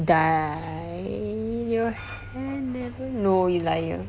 dye your hair no you liar